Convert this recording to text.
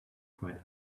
quite